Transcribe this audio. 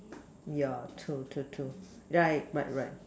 yeah true true true right right right